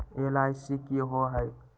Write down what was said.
LIC की होअ हई?